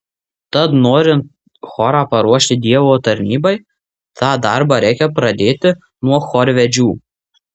tad norint chorą paruošti dievo tarnybai tą darbą reikia pradėti nuo chorvedžių